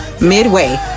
midway